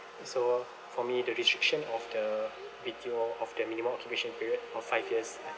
so for me the restriction of the B_T_O of their minimum occupation period of five years